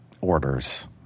orders